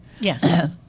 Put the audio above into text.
Yes